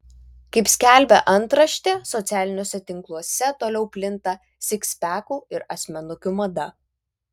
kaip skelbia antraštė socialiniuose tinkluose toliau plinta sikspekų ir asmenukių mada